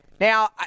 Now